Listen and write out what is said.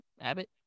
Abbott